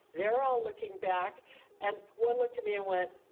they're all looking back and one looked at me and went,